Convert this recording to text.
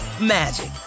magic